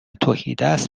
تهیدست